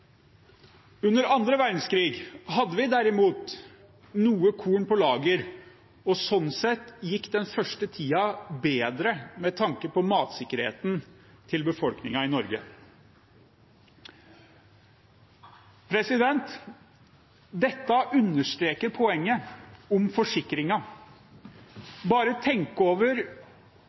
Under andre verdenskrig hadde vi derimot noe korn på lager, og sånn sett gikk den første tiden bedre med tanke på matsikkerheten til befolkningen i Norge. Dette understreker poenget om forsikringen. Bare tenk over